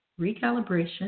recalibration